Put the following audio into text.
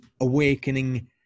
awakening